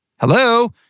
Hello